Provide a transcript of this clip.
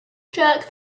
jerk